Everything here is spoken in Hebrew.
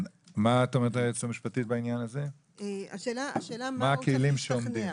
היועצת המשפטית, מה הכלים שעומדים?